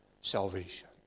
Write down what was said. salvation